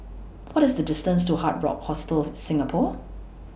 What IS The distance to Hard Rock Hostel Singapore